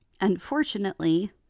unfortunately